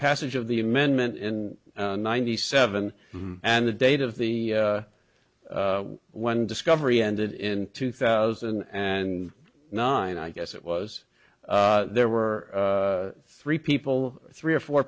passage of the amendment in ninety seven and the date of the when discovery ended in two thousand and nine i guess it was there were three people three or four